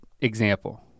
example